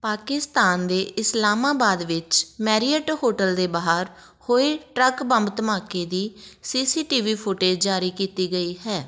ਪਾਕਿਸਤਾਨ ਦੇ ਇਸਲਾਮਾਬਾਦ ਵਿੱਚ Marriott hotel ਦੇ ਬਾਹਰ ਹੋਏ ਟਰੱਕ ਬੰਬ ਧਮਾਕੇ ਦੀ C C T V footage ਜਾਰੀ ਕੀਤੀ ਗਈ ਹੈ